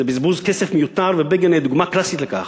זה בזבוז כסף מיותר, ובגין היה דוגמה קלאסית לכך.